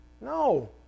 No